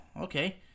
okay